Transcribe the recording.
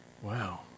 Wow